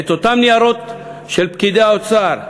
את אותם ניירות של פקידי האוצר,